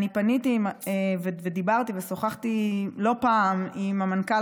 אני פניתי ודיברתי ושוחחתי לא פעם עם המנכ"ל